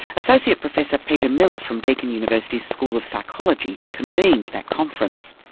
associate professor peter miller from deakin university's school of psychology convened that conference.